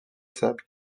sable